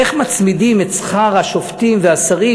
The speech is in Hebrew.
איך מצמידים את שכר השופטים והשרים,